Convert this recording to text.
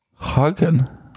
Hagen